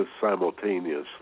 simultaneously